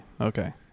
okay